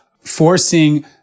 forcing